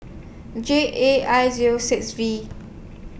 J A I Zero six V